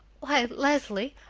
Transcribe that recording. why, leslie!